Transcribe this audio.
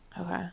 okay